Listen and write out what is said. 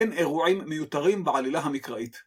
אין אירועים מיותרים בעלילה המקראית.